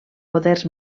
poders